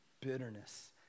bitterness